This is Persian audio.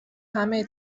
همه